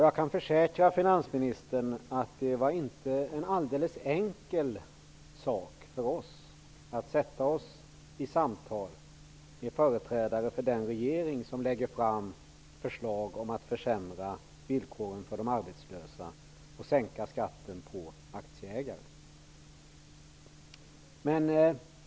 Jag kan försäkra finansministern om att det för oss inte var en alldeles enkel sak att sätta oss i samtal med företrädare för den regering som lägger fram förslag om försämringar av villkoren för de arbetslösa och sänkningar av skatten för aktieägare.